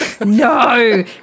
No